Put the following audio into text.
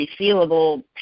resealable